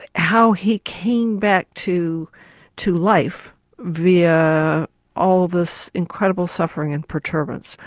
how he came back to to life via all this incredible suffering and perturbance.